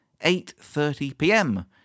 8.30pm